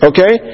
Okay